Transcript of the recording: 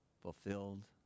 fulfilled